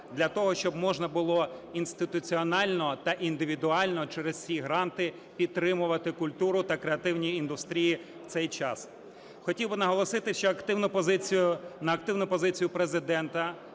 для того, щоб можна було інституціонально та індивідуально через всі гранти підтримувати культуру та креативні індустрії в цей час. Хотів би наголосити на активну позицію Президента